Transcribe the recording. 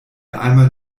einmal